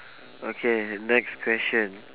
okay the next question